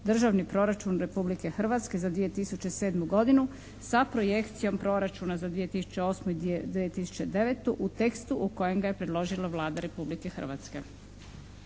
Državni proračun Republike Hrvatske za 2007. godinu sa projekcijom proračuna za 2008. i 2009. u tekstu u kojem ga je predložila Vlada Republike Hrvatske.